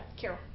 Carol